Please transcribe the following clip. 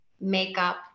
makeup